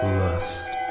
lust